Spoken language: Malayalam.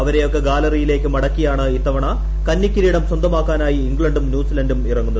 അവരെയൊക്കെ ഗ്യാലറിയിലേക്ക് മടക്കിയാണ് ഇത്തവണ് കന്നിക്കിരീടം സ്വന്തമാക്കാനായി ഇംഗ്ലണ്ടും ന്യൂസിലന്റും ഇറങ്ങുന്നത്